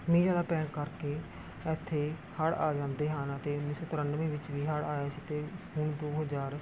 ਮੀਂਹ ਜ਼ਿਆਦਾ ਪੈਣ ਕਰਕੇ ਇੱਥੇ ਹੜ੍ਹ ਆ ਜਾਂਦੇ ਹਨ ਅਤੇ ਉੱਨੀ ਸੌ ਤਿਰਾਨਵੇਂ ਵਿੱਚ ਵੀ ਹੜ੍ਹ ਆਇਆ ਸੀ ਅਤੇ ਹੁਣ ਦੋ ਹਜ਼ਾਰ